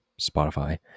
spotify